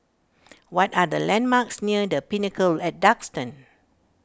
what are the landmarks near the Pinnacle at Duxton